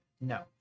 No